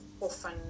often